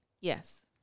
Yes